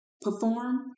perform